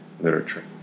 literature